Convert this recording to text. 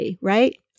Right